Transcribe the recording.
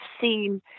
seen